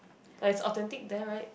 like is authentic there right